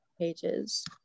pages